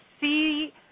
see